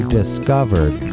discovered